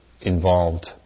involved